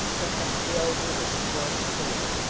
perhaps the old woman was queer,